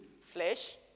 flesh